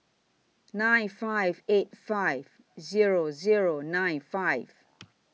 nine five eight five Zero Zero nine five